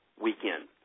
weekend